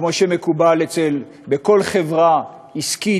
כמו שמקובל בכל חברה עסקית,